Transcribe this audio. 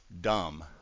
dumb